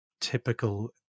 typical